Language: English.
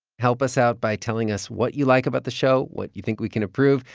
help us out by telling us what you like about the show, what you think we can improve,